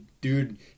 dude